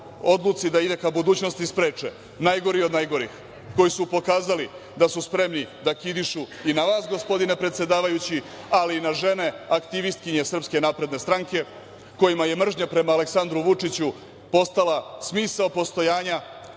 odluci da ide u budućnost spreče najgori od najgorih, koji su pokazali da su spremni da kidišu i na vas gospodine predsedavajući, ali i na žene aktivistkinje SNS, kojima je mržnja prema Aleksandru Vučiću, postala smisao postojanja,